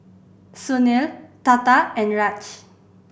Sunil Tata and Raj